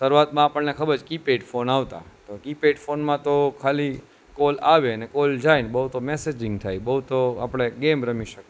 શરૂઆતમાં આપણે ખબર છે કીપેડ ફોન આવતા તો કીપેડ ફોનમાં તો ખાલી કોલ આવે અને કોલ જાય બહુ તો બહુ મેસેજિંગ થાય બહુ તો આપણે ગેમ રમી શકતા